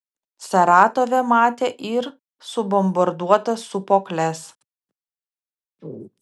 saratove matė ir subombarduotas sūpuokles